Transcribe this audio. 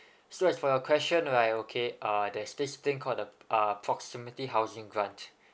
so as for your question right okay uh there's this thing called the uh proximity housing grant